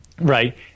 right